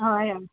हय हय